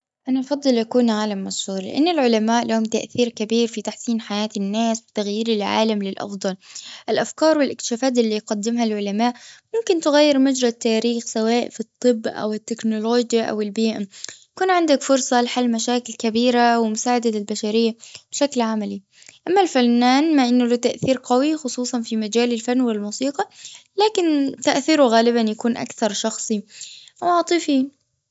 أنا أفضل أكون عالم مشهورا لأن العلماء لهم تأثير كبير في تحسين حياة الناس وتغيير العالم للأفضل. الأفكار والأكتشافات اللي يقدمها العلماء ممكن تغير مجرى التاريخ سواء في الطب أو التكنولوجيا أو البيئة. يكون عندك فرصة لحل مشاكل كبيرة ومساعدة للبشرية بشكل عملي. أما الفنان مع أنه له تأثير قوي خصوصا في مجال الفن والموسيقى. لكن تأثيره غالبا يكون أكثر شخصي, عاطفي.